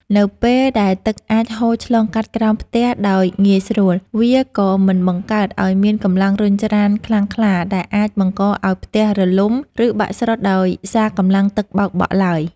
នៅពេលដែលទឹកអាចហូរឆ្លងកាត់ក្រោមផ្ទះដោយងាយស្រួល វាក៏មិនបង្កើតឱ្យមានកម្លាំងរុញច្រានខ្លាំងក្លា ដែលអាចបង្កឱ្យផ្ទះរលំ ឬបាក់ស្រុតដោយសារកម្លាំងទឹកបោកបក់ឡើយ។